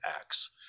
acts